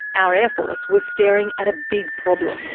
our air force was staring at a big problem.